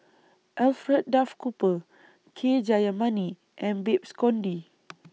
Alfred Duff Cooper K Jayamani and Babes Conde